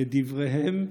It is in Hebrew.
לדבריהם,